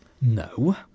No